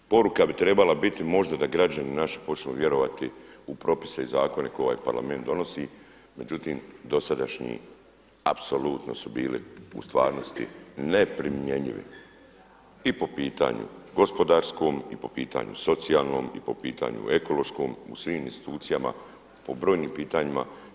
Poruka bi trebala biti možda da građani naši počnu vjerovati u propise i zakone koje ovaj Parlament donosi međutim dosadašnji apsolutno su bili u stvarnosti ne primjenjivi i po pitanju gospodarskom i po pitanju socijalnom i po pitanju ekološkom u svim institucijama po brojnim pitanjima.